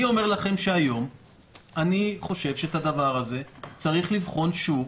אני אומר לכם שהיום אני חושב שאת הדבר הזה צריך לבחון שוב.